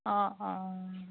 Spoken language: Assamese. অঁ অঁ